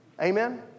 Amen